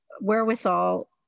wherewithal